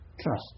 Trust